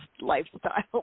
lifestyle